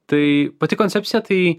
tai pati koncepcija tai